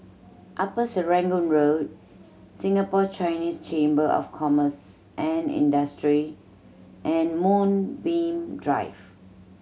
Upper Serangoon Road Singapore Chinese Chamber of Commerce and Industry and Moonbeam Drive